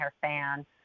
fan